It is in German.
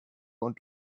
und